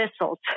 thistles